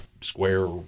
square